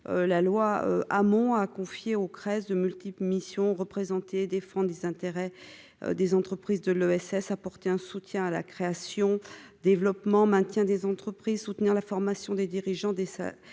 la loi Hamon a confié au Crest de multiples missions défend des intérêts des entreprises de l'ESS apporter un soutien à la création développement maintien des entreprises soutenir la formation des dirigeants des ça des